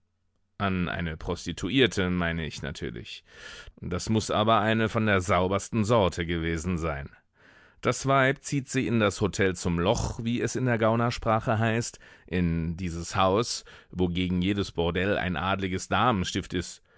an eine prostituierte meine ich natürlich das muß aber eine von der saubersten sorte gewesen sein das weib zieht sie in das hotel zum loch wie es in der gaunersprache heißt in dieses haus wogegen jedes bordell ein adliges damenstift ist